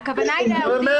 בסדר.